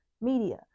media